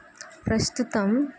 ప్రస్తుతం